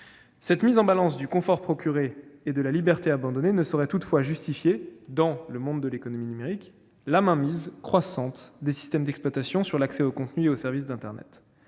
Cette mise en balance du confort procuré et de la liberté abandonnée ne saurait toutefois justifier, dans l'économie numérique, la mainmise croissante des systèmes d'exploitation sur l'accès aux contenus et aux services de l'internet.